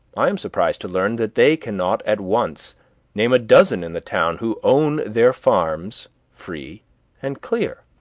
i am surprised to learn that they cannot at once name a dozen in the town who own their farms free and clear.